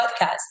podcast